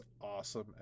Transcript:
awesome